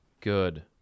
good